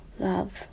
love